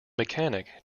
mechanic